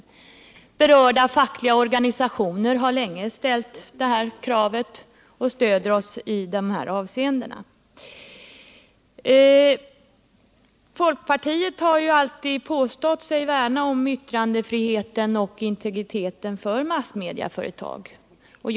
De berörda fackliga organisationerna har länge ställt det här kravet och stöder oss i dessa avseenden. Folkpartiet har ju alltid påstått sig värna om yttrandefriheten och integriteten när det gäller massmedieföretagen.